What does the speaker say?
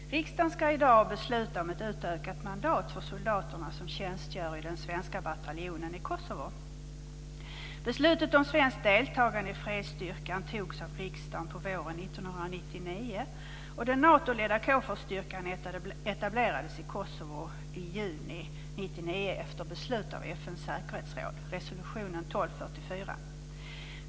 Herr talman! Riksdagen ska i dag besluta om ett utökat mandat för soldaterna som tjänstgör i den svenska bataljonen i Kosovo. Beslutet om svenskt deltagande i fredsstyrkan fattades av riksdagen på våren 1999. Den Natoledda KFOR-styrkan etablerades i Kosovo i juni 1999 efter beslut i FN:s säkerhetsråd - resolutionen 1244.